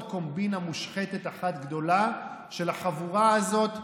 קומבינה מושחתת אחת גדולה של החבורה הזאת,